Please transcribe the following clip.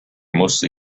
mostly